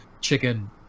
chicken